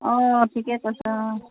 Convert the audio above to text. অঁ ঠিকে কৈছে অঁ